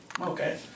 Okay